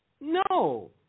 No